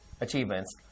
achievements